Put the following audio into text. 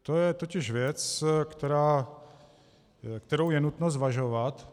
To je totiž věc, kterou je nutno zvažovat.